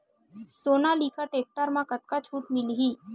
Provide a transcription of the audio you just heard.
Sonalika tractor म कतका छूट मिलही?